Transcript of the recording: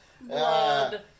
Blood